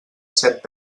set